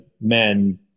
men